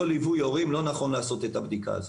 ליווי הורים לא נכון לעשות את הבדיקה הזאת.